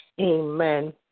amen